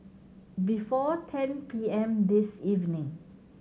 before ten P M this evening